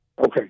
Okay